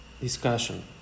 Discussion